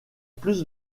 plus